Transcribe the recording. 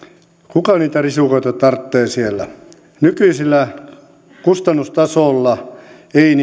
kuka niitä risukoita tarvitsee siellä nykyisellä kustannustasolla niitä ei